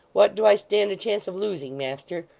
what do i stand a chance of losing, master?